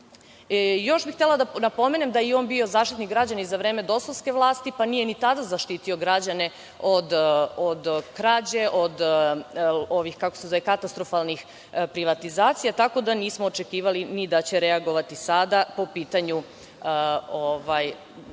bih htela da napomenem da je on bio Zaštitnik građana za vreme dosovske vlasti, pa nije ni tada zaštitio građane od krađe, od ovih katastrofalnih privatizacija, tako da nismo očekivali ni da će reagovati sada po pitanju